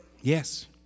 Yes